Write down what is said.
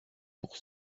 pour